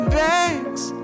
banks